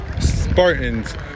Spartans